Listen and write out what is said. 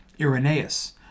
Irenaeus